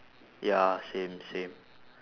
ya same same